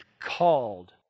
called